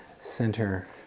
center